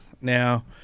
Now